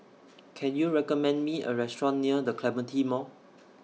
Can YOU recommend Me A Restaurant near The Clementi Mall